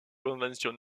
convention